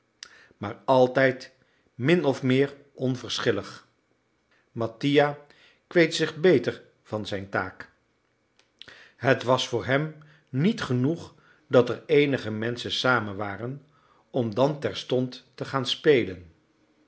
maar altijd min of meer onverschillig mattia kweet zich beter van zijne taak het was voor hem niet genoeg dat er eenige menschen samen waren om dan terstond te gaan spelen